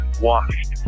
washed